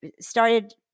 started